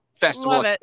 festival